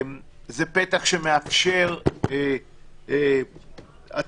זה פתח שמאפשר הטלת